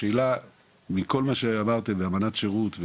השאלה מכל מה שאמרתם ואמנת שירות,